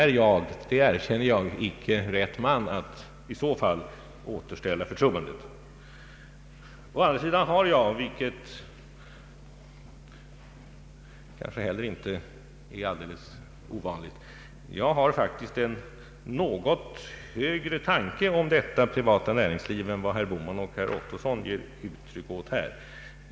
Men jag har, vilket kanske heller inte är alldeles ovanligt, en något högre tanke om detta privata näringsliv än herr Bohman och herr Ottosson ger uttryck åt här.